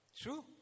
True